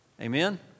Amen